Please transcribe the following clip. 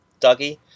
Dougie